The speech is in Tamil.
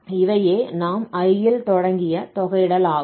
இவையே நாம் I ல் தொடங்கிய தொகையிடலாகும்